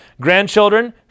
Grandchildren